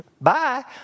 Bye